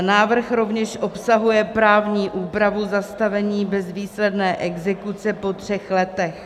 Návrh rovněž obsahuje právní úpravu zastavení bezvýsledné exekuce po třech letech.